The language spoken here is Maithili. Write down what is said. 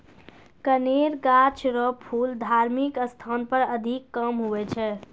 कनेर गाछ रो फूल धार्मिक स्थान पर अधिक काम हुवै छै